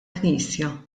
knisja